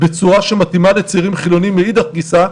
בצורה שמתאימה לצעירים חילוניים מאידך גיסא,